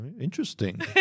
interesting